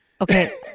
Okay